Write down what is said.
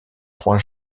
trois